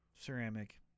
Ceramic